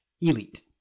Elite